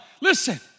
Listen